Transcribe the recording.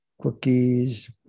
cookies